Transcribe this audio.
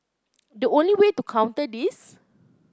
the only way to counter this